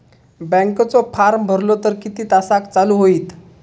बँकेचो फार्म भरलो तर किती तासाक चालू होईत?